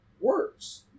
works